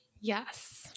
Yes